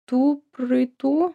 tų praeitų